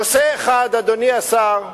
בנושא אחד, אדוני השר,